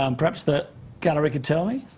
um perhaps, the gallery could tell me.